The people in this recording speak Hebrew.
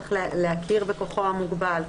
צריך להכיר בכוחו המוגבל.